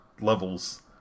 levels